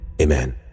amen